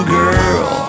girl